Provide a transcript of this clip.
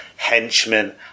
henchmen